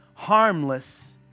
harmless